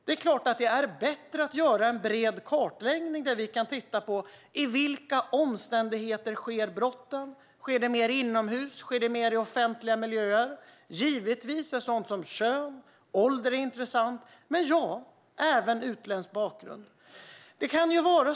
Det är klart att det är bättre att göra en bred kartläggning, där vi kan titta på under vilka omständigheter brotten sker - sker de mer inomhus eller mer i offentliga miljöer? Givetvis är sådant som kön och ålder intressant. Ja, även utländsk bakgrund är relevant.